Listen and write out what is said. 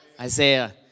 Isaiah